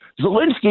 Zelensky